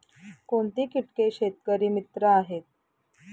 कोणती किटके शेतकरी मित्र आहेत?